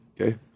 Okay